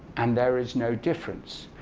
and there is no difference.